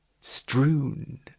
strewn